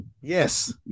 Yes